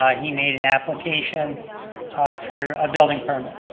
ah he made an application for a building permit.